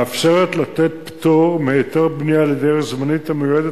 מאפשרת לתת פטור מהיתר בנייה לדרך זמנית המיועדת